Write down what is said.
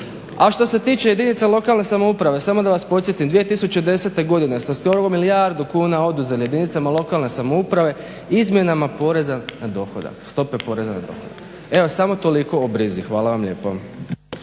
Al što se tiče jedinica lokalne samouprave samo da vas podsjetim 2010. godine ste skoro milijardu kuna oduzeli jedinicama lokalne samouprave izmjenama poreza na dohodak, stope poreza na dohodak. Evo samo toliko o brzi. Hvala vam lijepo.